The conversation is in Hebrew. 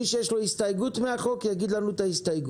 מי שיש לו הסתייגות מהחוק יגיד לנו את ההסתייגות.